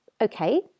okay